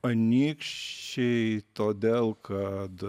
anykščiai todėl kad